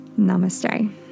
Namaste